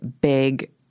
big